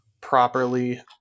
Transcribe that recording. properly